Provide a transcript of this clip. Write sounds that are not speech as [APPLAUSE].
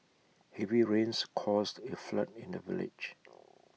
heavy rains caused A flood in the village [NOISE]